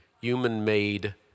human-made